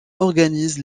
organise